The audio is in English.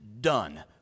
done